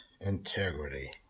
integrity